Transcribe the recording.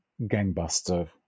gangbuster